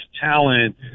talent